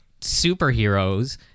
superheroes